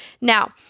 Now